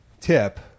tip